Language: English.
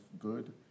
good